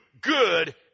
good